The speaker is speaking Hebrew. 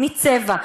מצבע,